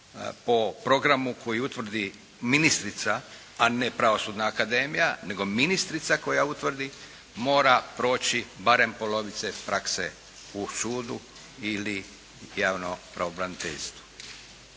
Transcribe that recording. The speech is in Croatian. po programu koji utvrdi ministrica, a ne pravosudna akademija, nego ministrica koja utvrdi mora proći barem polovicu prakse u sudu ili javnom pravobraniteljstvu.